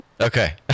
Okay